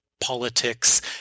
politics